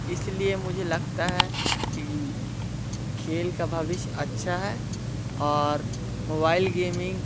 इस लिए मुझे लगता है कि खेल का भविष्य अच्छा है और मोबाइल गेमिंग